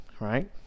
Right